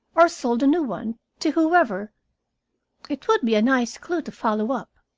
or sold a new one, to whoever it would be a nice clue to follow up.